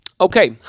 Okay